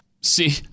See